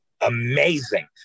amazing